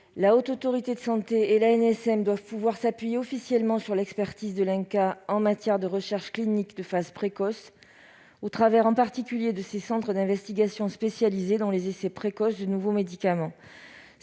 en cancérologie. La HAS et l'ANSM doivent pouvoir s'appuyer officiellement sur l'expertise de l'INCa en matière de recherche clinique de phase précoce, en particulier au travers de ses centres d'investigation spécialisés dans les essais précoces de nouveaux médicaments.